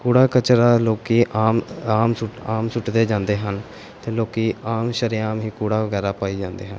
ਕੂੜਾ ਕਚਰਾ ਲੋਕੀ ਆਮ ਆਮ ਆਮ ਸੁੱਟਦੇ ਜਾਂਦੇ ਹਨ ਅਤੇ ਲੋਕੀ ਆਮ ਸ਼ਰੇਆਮ ਹੀ ਕੂੜਾ ਵਗੈਰਾ ਪਾਈ ਜਾਂਦੇ ਹਨ